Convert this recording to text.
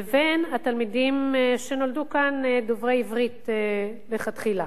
לבין התלמידים שנולדו כאן, דוברי עברית מלכתחילה.